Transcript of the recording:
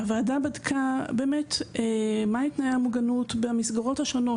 הוועדה בדקה באמת מהם תנאי המוגנות במסגרות השונות,